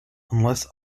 unless